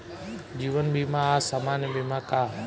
जीवन बीमा आ सामान्य बीमा का ह?